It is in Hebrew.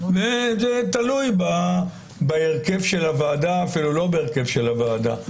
זה תלוי בהרכב של הוועדה אפילו לא בהרכב הוועדה,